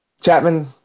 Chapman